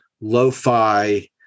lo-fi